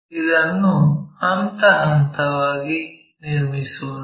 ಇದನ್ನು ಹಂತ ಹಂತವಾಗಿ ನಿರ್ಮಿಸೋಣ